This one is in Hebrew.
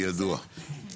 ידוע.